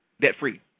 debt-free